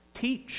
Teach